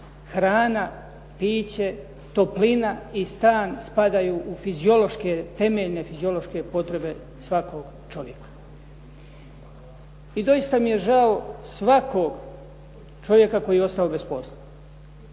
hrana, piće, toplina i stan spadaju u temeljne fiziološke potrebe svakog čovjeka. I doista mi je žao svakog čovjeka koji je ostao bez posla.